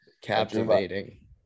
Captivating